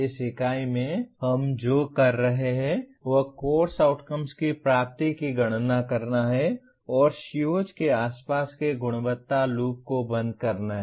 इस इकाई में हम जो कर रहे हैं वह कोर्स आउटकम्स की प्राप्ति की गणना करना है और COs के आसपास के गुणवत्ता लूप को बंद करना है